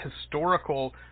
historical